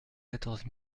quatorze